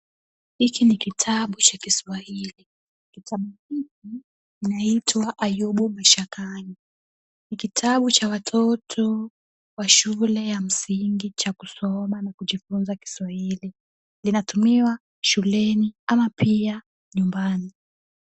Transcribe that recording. Hiki ni kitabu cha Kiswahili , kitabu hiki kinaitwa Ayubu Mashakani. Ni kitabu cha watoto wa shule ya msingi cha kusoma na kujifunza Kiswahili , linatumiwa shuleni ama pia nyumbani.